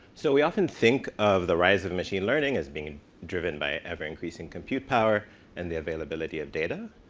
so we often think of the rise of machine learning as being driven by ever increasing compute power and the availability of data.